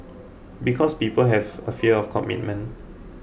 because people have a fear of commitment